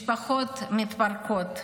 משפחות מתפרקות.